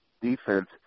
defense